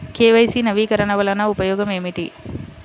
KYC నవీకరణ వలన ఉపయోగం ఏమిటీ?